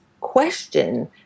question